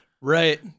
Right